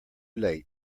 late